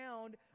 found